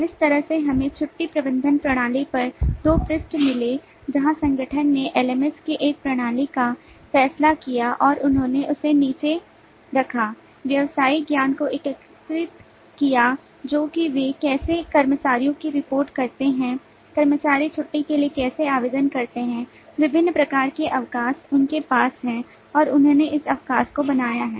इस तरह से हमें छुट्टी प्रबंधन प्रणाली पर 2 पृष्ठ मिले जहां संगठन ने LMS की एक प्रणाली का फैसला किया और उन्होंने इसे नीचे रखा व्यावसायिक ज्ञान को एकीकृत किया जो कि वे कैसे कर्मचारियों की रिपोर्ट करते हैं कर्मचारी छुट्टी के लिए कैसे आवेदन करते हैं विभिन्न प्रकार के अवकाश उनके पास हैं और उन्होंने इस आवश्यकता को बनाया है